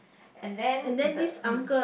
and then the mm